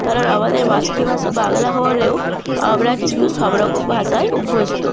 কারণ আমাদের মাতৃভাষা বাংলা হলেও আমরা কিন্তু সব রকম ভাষায় অভ্যস্ত